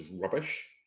rubbish